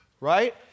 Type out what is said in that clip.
right